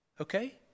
Okay